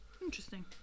Interesting